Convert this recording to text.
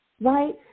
right